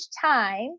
time